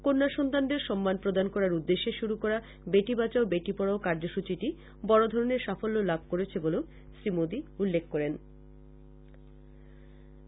কন্যা সন্তানদের সম্মান প্রদান করার উদ্দেশ্যে শুরু করা বেটি বাচাও বেটি পড়াও কার্যসচিটি বড় ধরণের সাফল্য লাভ করেছে বলে শ্রী মোদী উল্লেখ করেন